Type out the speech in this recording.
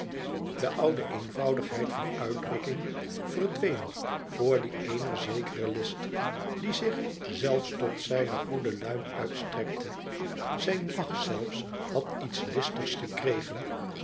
de oude eenvoudigheid van uitdrukking verdween voor die eener zekere list die zich zelfs tot zijne goede luim uitstrekte zijn lach zelfs had iets listigs gekregen